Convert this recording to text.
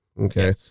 Okay